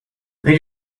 they